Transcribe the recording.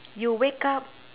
you wake up